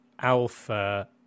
Alpha